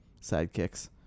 Sidekicks